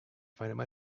find